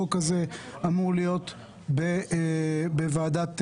החוק הזה אמור להיות בוועדת הפנים.